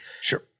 Sure